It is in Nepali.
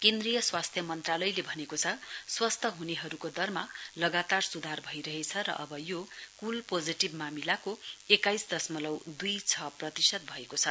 केन्द्रीय स्वास्थ्य मन्त्रालयले भनेको छ स्वस्थ हुनेहरूको दरमा लगातार सुधार भइरहेछ र अब यो कूल पोजेटिभ मामिलाको एक्काइस दशमलउ दुई छ प्रतिशत भएको छ